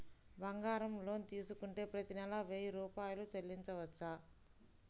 బంగారం లోన్ తీసుకుంటే ప్రతి నెల వెయ్యి రూపాయలు చెల్లించవచ్చా?